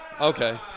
Okay